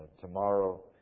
tomorrow